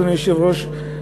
אדוני היושב-ראש,